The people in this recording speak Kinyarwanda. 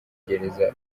gereza